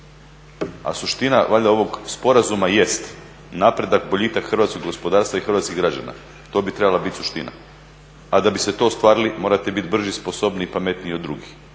A suština valjda ovog sporazuma jest napredak, boljitak hrvatskog gospodarstva i hrvatskih građana, to bi trebala biti suština. A da biste to ostvarili morate biti brži, sposobniji i pametniji od drugih.